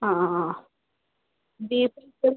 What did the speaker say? അ അ അ ബീഫ്